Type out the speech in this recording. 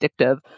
addictive